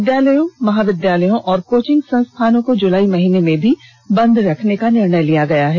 विद्यालयों महाविद्यालयों और कोचिंग संस्थानों को जुलाई महीने में भी बंद रखने का निर्णय लिया गया है